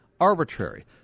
Arbitrary